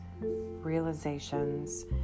realizations